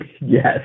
Yes